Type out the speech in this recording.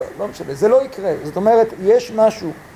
לא משנה, זה לא יקרה, זאת אומרת, יש משהו...